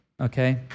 Okay